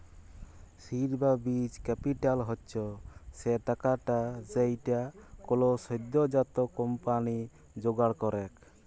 seed বা বীজ capital হচ্ছ সে টাকাটা যেইটা কোলো সদ্যজাত কম্পানি জোগাড় করেক